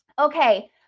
Okay